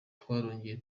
twarongeye